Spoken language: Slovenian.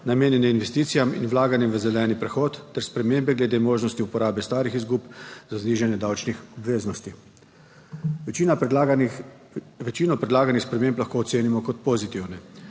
namenjene investicijam in vlaganjem v zeleni prehod ter spremembe glede možnosti uporabe starih izgub za znižanje davčnih obveznosti. Večino predlaganih sprememb lahko ocenimo kot pozitivne.